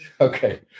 Okay